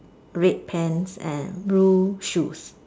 red pants and blue shoes